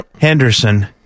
Henderson